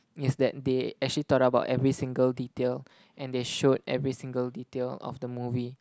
is that they actually thought about every single detail and they showed every single detail of the movie